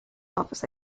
office